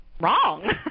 Wrong